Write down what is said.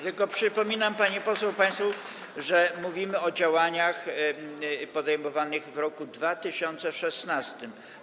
Tylko przypominam pani poseł, państwu, że mówimy o działaniach podejmowanych w roku 2016.